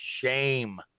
Shame